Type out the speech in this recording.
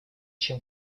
чем